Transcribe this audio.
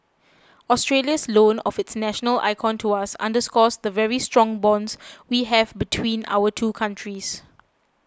Australia's loan of its national icon to us underscores the very strong bonds we have between our two countries